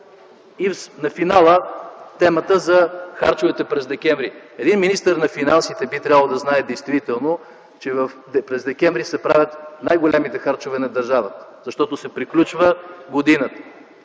И на финала, темата за харчовете през м. декември. Един министър на финансите би трябвало да знае, че през м. декември се правят най-големите харчове на държавата, защото се приключва годината.